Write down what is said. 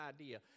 idea